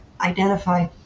identify